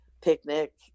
picnic